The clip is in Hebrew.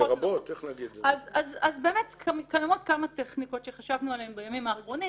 אז קיימות כמה טכניקות שחשבנו עליהן בימים האחרונים.